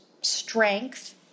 strength